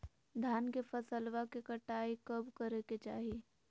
धान के फसलवा के कटाईया कब करे के चाही?